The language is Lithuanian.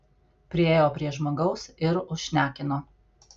priėjo prie žmogaus ir užšnekino